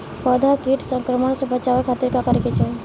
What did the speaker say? पौधा के कीट संक्रमण से बचावे खातिर का करे के चाहीं?